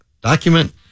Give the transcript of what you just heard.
Document